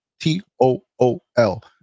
T-O-O-L